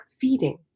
feeding